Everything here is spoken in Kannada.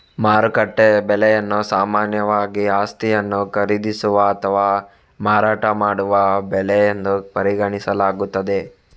ಮಾರುಕಟ್ಟೆ ಬೆಲೆಯನ್ನು ಸಾಮಾನ್ಯವಾಗಿ ಆಸ್ತಿಯನ್ನು ಖರೀದಿಸುವ ಅಥವಾ ಮಾರಾಟ ಮಾಡುವ ಬೆಲೆ ಎಂದು ಪರಿಗಣಿಸಲಾಗುತ್ತದೆ